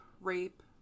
rape